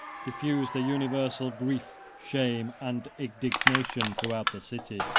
diffused a universal grief, shame, and indignation throughout the city.